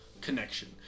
connection